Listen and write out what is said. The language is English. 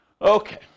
Okay